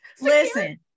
listen